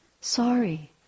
Sorry